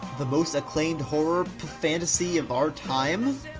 the most acclaimed horror phantasy of our time?